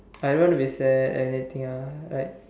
I don't want to be sad and anything lah like